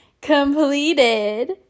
completed